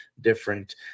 different